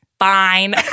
Fine